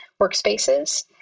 workspaces